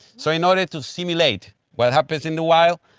so in order to simulate what happens in the wild,